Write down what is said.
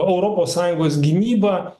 europos sąjungos gynyba